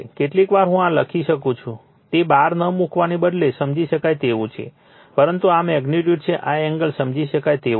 કેટલીકવાર હું આ રીતે લખું છું તે બાર ન મૂકવાને બદલે સમજી શકાય તેવું છે પરંતુ આ મેગ્નિટ્યુડ છે આ એંગલ સમજી શકાય તેવો છે